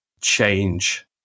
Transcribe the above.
change